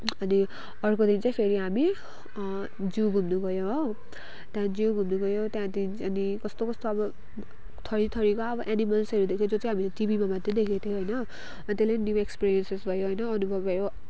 अनि अर्को दिन चाहिँ फेरि हामी जू घुम्नु गयो हो त्यहाँदेखि जू घुम्नु गयो त्यहाँदेखि अनि कस्तो कस्तो अब थरि थरिको अब एनिमल्सहरू देख्यो जो चाहिँ अब हामीले टिभीमा मात्रै देखेको थियो होइन अन्त त्यसले न्यू एक्सपिरयन्सेस भयो अनुभव भयो